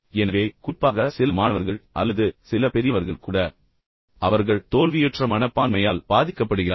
எனவே குறிப்பாக சில மாணவர்கள் அல்லது சில பெரியவர்கள் கூட அவர்கள் தோல்வியுற்ற மனப்பான்மையால் பாதிக்கப்படுகிறார்கள்